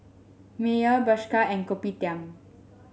Mayer Bershka and Kopitiam